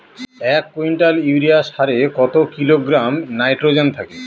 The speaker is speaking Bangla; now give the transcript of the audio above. এক কুইন্টাল ইউরিয়া সারে কত কিলোগ্রাম নাইট্রোজেন থাকে?